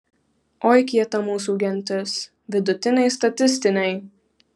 oi kieta mūsų gentis vidutiniai statistiniai